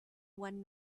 one